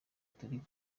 turi